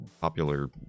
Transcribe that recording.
popular